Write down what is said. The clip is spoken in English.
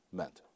meant